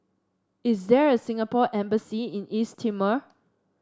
is there a Singapore Embassy in East Timor